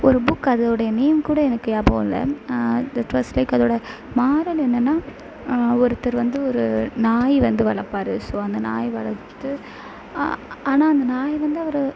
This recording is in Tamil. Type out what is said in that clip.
ஒரு புக் அதோடைய நேம் கூட எனக்கு நியாபகம் இல்லை தட் வாஸ் லைக் அதோட மாரல் என்னென்னா ஒருத்தர் வந்து ஒரு நாய் வந்து வளப்பார் ஸோ அந்த நாய் வளர்த்து ஆனால் அந்த நாய் வந்து அவரை